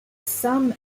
sum